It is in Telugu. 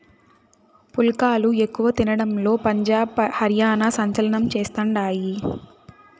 పుల్కాలు ఎక్కువ తినడంలో పంజాబ్, హర్యానా సంచలనం చేస్తండాయి